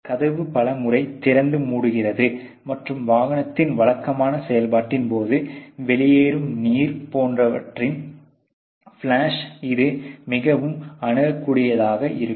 கதவு பல முறை திறந்து மூடுகிறது மற்றும் வாகனத்தின் வழக்கமான செயல்பாட்டின் போது வெளியேறும் நீர் போன்றவற்றின் ஃப்ளாஷ்களுக்கு இது மிகவும் அணுகக்கூடியதாக இருக்கும்